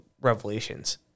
Revelations